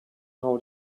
how